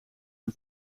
een